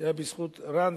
זה היה בזכות רן,